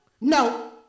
No